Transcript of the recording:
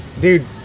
dude